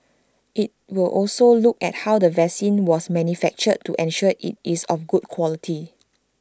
IT will also look at how the vaccine was manufactured to ensure IT is of good quality